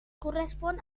correspon